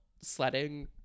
sledding